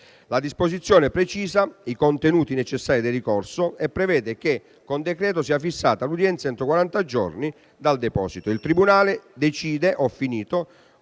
La disposizione precisa i contenuti necessari del ricorso e prevede che con decreto sia fissata l'udienza entro quaranta giorni dal deposito; il tribunale decide con